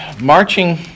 marching